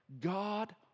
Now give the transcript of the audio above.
God